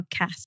Podcast